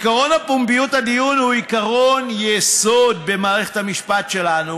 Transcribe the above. עקרון פומביות הדיון הוא עקרון יסוד במערכת המשפט שלנו.